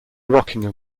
rockingham